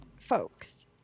Folks